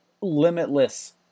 limitless